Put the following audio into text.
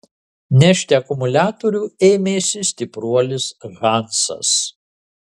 nešti akumuliatorių ėmėsi stipruolis hansas